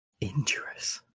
Injurious